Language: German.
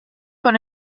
von